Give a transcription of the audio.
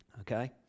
okay